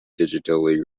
digitally